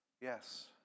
Yes